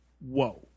whoa